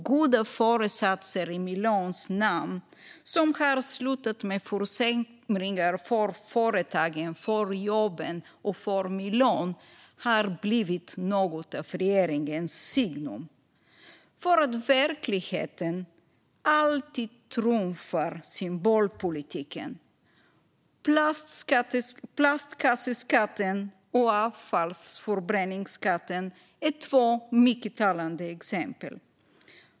Goda föresatser i miljöns namn, som har slutat med försämringar för företagen, jobben och miljön, har blivit något av regeringens signum. Det är för att verkligheten alltid trumfar symbolpolitiken. Plastkasseskatten och avfallsförbränningsskatten är två mycket talande exempel.